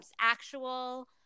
actual